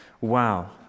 wow